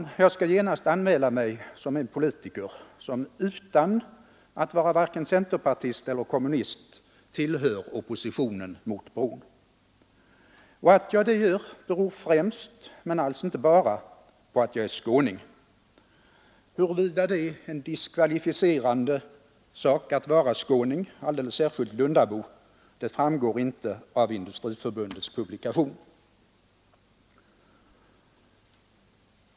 Jag skall genast anmäla mig som en av de politiker som utan att vara vare sig centerpartist eller kommunist tillhör oppositionen mot bron. Att jag det gör beror främst, men alls inte bara, på att jag är skåning. Huruvida det är en diskvalificerande sak att vara skåning, alldeles särskilt lundabo, framgår inte av Industriförbundets publikation.